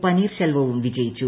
പനീൽസെൽവവും വിജയിച്ചു